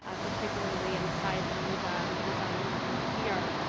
ah particularly in site and design review here.